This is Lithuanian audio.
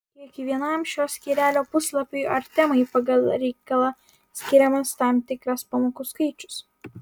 kiekvienam šio skyrelio puslapiui ar temai pagal reikalą skiriamas tam tikras pamokų skaičius